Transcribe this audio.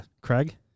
Craig